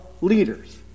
leaders